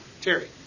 Terry